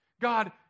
God